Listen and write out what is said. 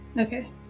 Okay